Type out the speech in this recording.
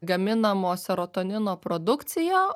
gaminamo serotonino produkciją